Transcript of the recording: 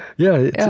yeah,